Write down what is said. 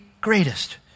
greatest